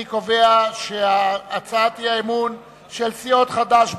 אני קובע שהצעת האי-אמון של סיעות חד"ש,